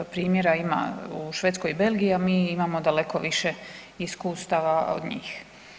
Primjera ima u Švedskoj i Belgiji, a mi imamo daleko više iskustava od njih.